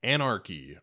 Anarchy